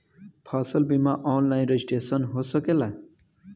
फसल बिमा online registration हो सकेला?